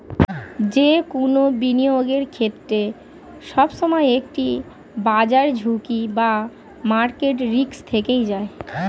যে কোনো বিনিয়োগের ক্ষেত্রে, সবসময় একটি বাজার ঝুঁকি বা মার্কেট রিস্ক থেকেই যায়